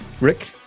Rick